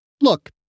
Look